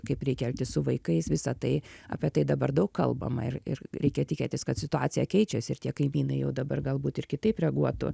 kaip reikia elgtis su vaikais visa tai apie tai dabar daug kalbama ir ir reikia tikėtis kad situacija keičiasi ir tie kaimynai jau dabar galbūt ir kitaip reaguotų